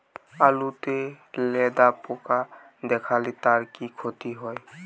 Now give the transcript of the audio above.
আলুতে লেদা পোকা দেখালে তার কি ক্ষতি হয়?